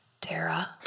Tara